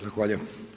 Zahvaljujem.